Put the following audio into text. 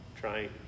trying